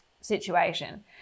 situation